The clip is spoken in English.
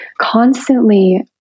constantly